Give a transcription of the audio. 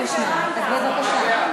אז בבקשה.